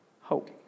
hope